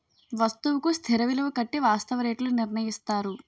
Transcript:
వస్తువుకు స్థిర విలువ కట్టి వాస్తవ రేట్లు నిర్ణయిస్తారు